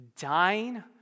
dying